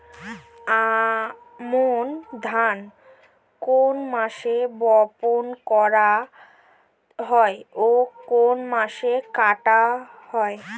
আমন ধান কোন মাসে বপন করা হয় ও কোন মাসে কাটা হয়?